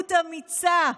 למנהיגות אמיצה,